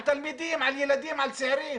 על תלמידים, על ילדים, על צעירים.